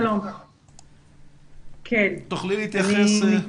תוכלי להתייחס?